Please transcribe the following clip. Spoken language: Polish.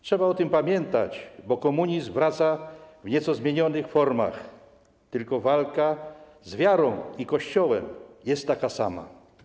Trzeba o tym pamiętać, bo komunizm wraca w nieco zmienionych formach, tylko walka z wiarą i Kościołem jest taka sama.